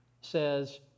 says